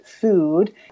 food